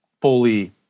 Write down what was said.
fully